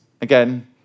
Again